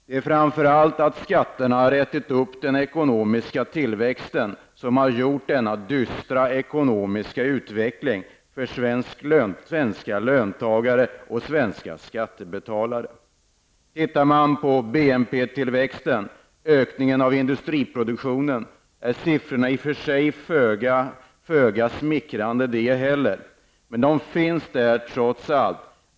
Denna dystra ekonomiska utveckling för svenska löntagare och svenska skattebetalare beror på framför allt att skatterna har ätit upp den ekonomiska tillväxten. Siffrorna för BNP-tillväxten och industriproduktionen är också föga smickrande, men det är trots allt något.